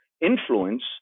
influence